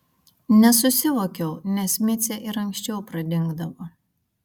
nesusivokiau nes micė ir anksčiau pradingdavo